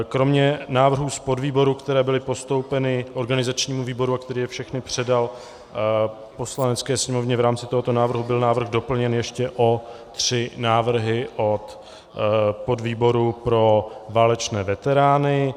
Kromě návrhů z podvýborů, které byly postoupeny organizačnímu výboru, který je všechny předal Poslanecké sněmovně, v rámci tohoto návrhu byl návrh doplněn ještě o tři návrhy od podvýboru pro válečné veterány.